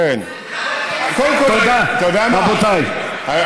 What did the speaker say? תודה, רבותיי.